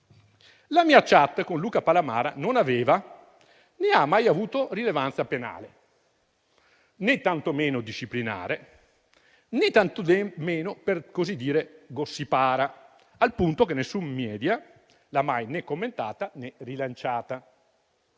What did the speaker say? La mia *chat* con Luca Palamara non aveva né ha mai avuto rilevanza penale né tantomeno disciplinare, né tantomeno per così dire "gossippara", al punto che nessun *media* l'ha mai né commentata né rilanciata.